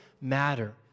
matter